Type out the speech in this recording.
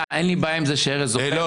אין לי בעיה עם זה שארז --- סעדה,